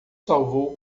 salvou